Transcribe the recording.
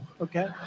okay